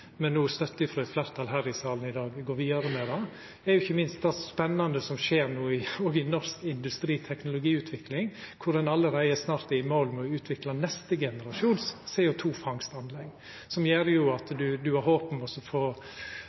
støtte frå eit fleirtal her i salen i dag – går vidare med det. Det er ikkje minst spennande det som no skjer òg innan norsk industri- og teknologiutvikling, der ein allereie snart er i mål med å utvikla CO 2 -fangstanlegg av neste generasjon, som gjer at ein har håp om å få